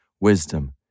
wisdom